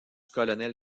colonel